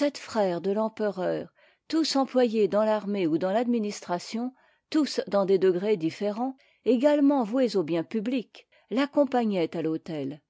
les frères de l'empereur et de l'impératrice tous employés dans l'armée ou dans l'administration tous dans des degrés différents éga lement voués au bien public l'accompagnaient à l'autel